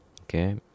Okay